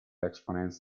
exponents